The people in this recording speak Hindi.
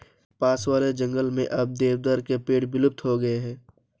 पास वाले जंगल में अब देवदार के पेड़ विलुप्त हो गए हैं